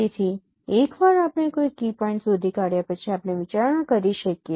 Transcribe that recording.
તેથી એકવાર આપણે કોઈ કી પોઈન્ટ શોધી કાઢ્યા પછી આપણે વિચારણા કરી શકીએ